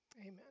Amen